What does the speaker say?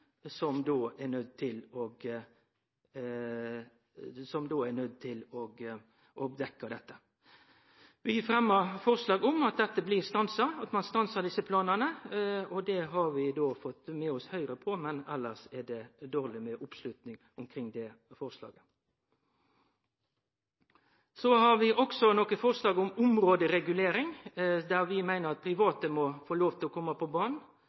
til å dekkje dette. Vi fremmer forslag om at dette blir stansa, at ein stansar desse planane. Det har vi fått med oss Høgre på, men elles er det dårleg med oppslutning omkring det forslaget. Så har vi òg forslag om områderegulering, der vi meiner at private må få lov til å kome på